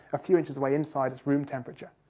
a few inches away, inside, it's room temperature.